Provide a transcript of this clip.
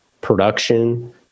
production